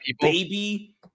baby